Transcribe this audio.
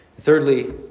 thirdly